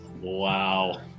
Wow